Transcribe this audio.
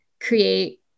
create